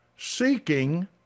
seeking